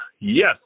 Yes